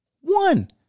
One